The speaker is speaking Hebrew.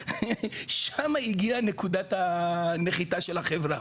מנחת מסוקים, שמה הגיעה נקודת הנחיתה של החברה,